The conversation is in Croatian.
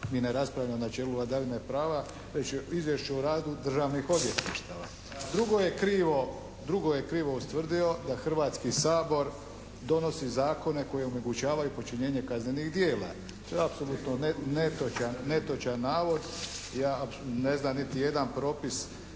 Mi ne raspravljamo o načelu vladavine prava već o izvješću o radu državnih odvjetništava. Drugo je krivo ustvrdio da Hrvatski sabor donosi zakone koji omogućavaju počinjenje kaznenih djela. To je apsolutno netočan navod. Ja neznam niti jedan propis